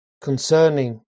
concerning